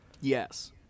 Yes